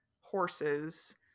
horses